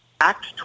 Act